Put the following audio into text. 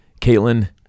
caitlin